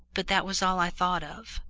but that was all i thought of.